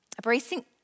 Embracing